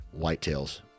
whitetails